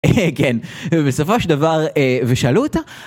כן, בסופו של דבר, ושאלו אותה.